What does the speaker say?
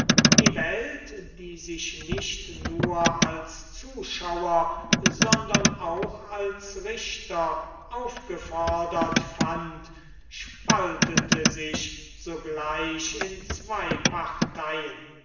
die welt die sich nicht nur als zuschauer sondern auch als richter aufgefordert fand spaltete sich sogleich in zwei parteien